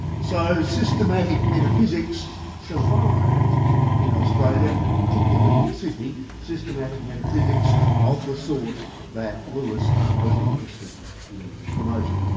so systematic metaphysics survived in australia, particularly in sydney, systematic metaphysics of the sort that lewis was interested in promoting.